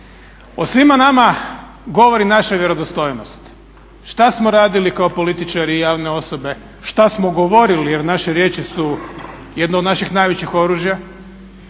O svima nama govori naša vjerodostojnost, šta smo radili kao političari i javne osobe, šta smo govorili jer naše riječi su jedno od naših najvećih oružja